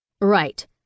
Right